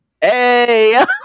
Hey